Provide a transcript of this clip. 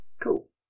Cool